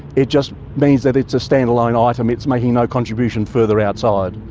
it just means that it's a stand-alone item, it's making no contribution further outside.